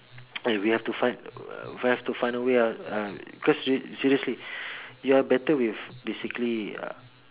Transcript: eh we have to find uh we have to find a way out cause uh seriously you're better with basically